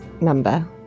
number